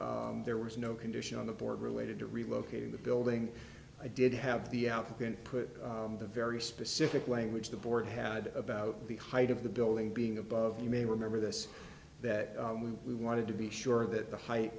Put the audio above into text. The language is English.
there was no condition on the board related to relocating the building i did have the outlook and put the very specific language the board had about the height of the building being above you may remember this that we wanted to be sure that the height